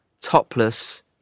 topless